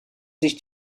sich